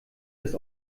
das